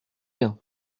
bien